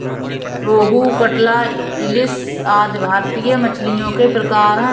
रोहू, कटला, इलिस आदि भारतीय मछलियों के प्रकार है